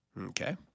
Okay